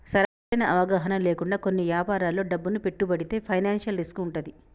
సరైన అవగాహన లేకుండా కొన్ని యాపారాల్లో డబ్బును పెట్టుబడితే ఫైనాన్షియల్ రిస్క్ వుంటది